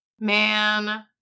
Man